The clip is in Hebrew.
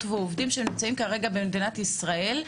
ועובדים שהם נמצאים כרגע במדינת ישראל,